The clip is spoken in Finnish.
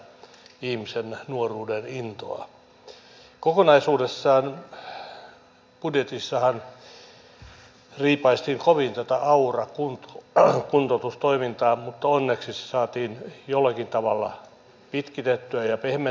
kokonaisuudessaan budjetissahan riipaistiin kovin tätä aura kuntoutustoimintaa mutta onneksi se saatiin jollakin tavalla pitkitettyä ja pehmennettyä